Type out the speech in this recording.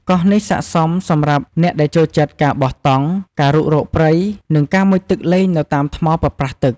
កោះនេះស័ក្តិសមសម្រាប់អ្នកដែលចូលចិត្តការបោះតង់ ការរុករកព្រៃ និងការមុជទឹកលេងនៅតាមថ្មប៉ប្រះទឹក។